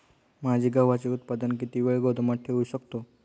माझे गव्हाचे उत्पादन किती वेळ गोदामात ठेवू शकतो?